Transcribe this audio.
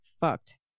fucked